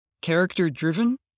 character-driven